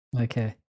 Okay